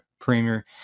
premier